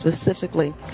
specifically